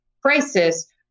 crisis